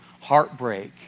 heartbreak